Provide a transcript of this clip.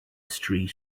street